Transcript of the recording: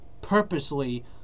purposely